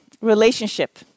relationship